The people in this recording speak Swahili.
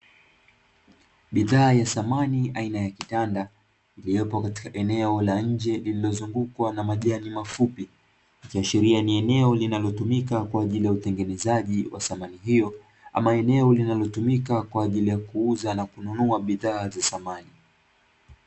Bidhaa ya samani aina ya kitanda iliyopo katika eneo la nje lililozungukwa na majani mafupi, ikiashiria ni eneo linalotumika kwa ajili ya utengenezaji wa samani hiyo, ama eneo linalotumika kwa ajili ya kuuza na kununua bidhaa za samani.